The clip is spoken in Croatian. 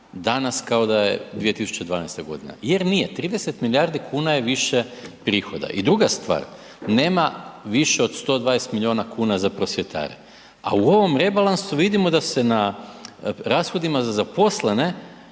danas kao da je 2012. g. jer nije, 30 milijardi kuna je prihoda. I druga stvar, nema više od 120 milijuna za prosvjetare a u ovom rebalansu vidimo da se na rashodima za zaposlene